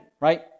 right